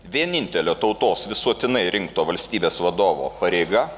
vienintelio tautos visuotinai rinkto valstybės vadovo pareiga